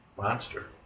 monster